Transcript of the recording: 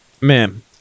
Man